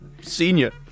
Senior